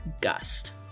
Gust